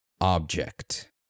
object